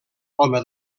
home